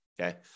okay